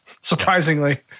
surprisingly